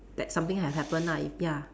that something had happened lah ya